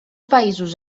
països